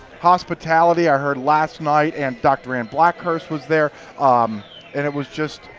hospitality. i heard last night and dr anne blackhurst was there um and it was just,